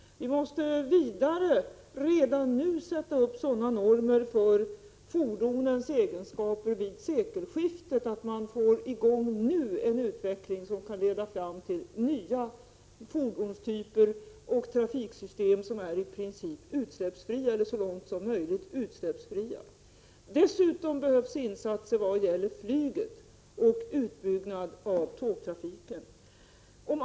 Vi måste vidare redan nu sätta upp sådana normer för fordonens egenskaper vid sekelskiftet att vi får i gång en utveckling som kan leda fram till nya fordonstyper och trafiksystem som i princip inte orsakar några utsläpp, eller så långt som möjligt inte gör det. Dessutom behövs insatser när det gäller flyget och utbyggnaden av tågtrafiken.